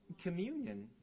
communion